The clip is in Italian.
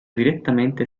direttamente